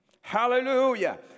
Hallelujah